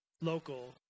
local